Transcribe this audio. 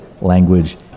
language